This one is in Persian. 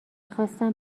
خواستم